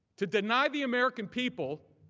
to deny the american people